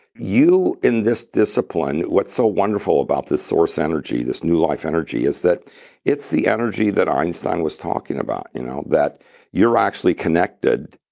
you, in this discipline, what's so wonderful about this source energy, this new life energy is that it's the energy that einstein was talking about, you know that you're actually connected.